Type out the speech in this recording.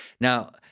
Now